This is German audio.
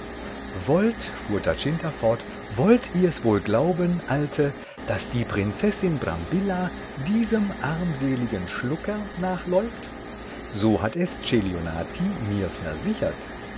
wollt fuhr giacinta fort wollt ihr's wohl glauben alte daß die prinzessin brambilla diesem armseligen schlucker nachläuft so hat es celionati mir versichert